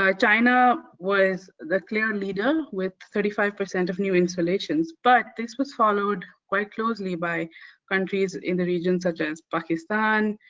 um china was the clear leader with thirty five percent of new installations but this was followed quite closely by countries in the region such as pakistan,